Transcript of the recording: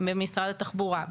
במשרד התחבורה.